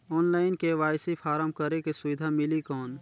Online KYC form करेके सुविधा मिली कौन?